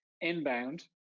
inbound